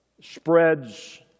spreads